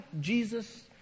Jesus